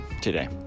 today